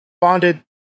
bonded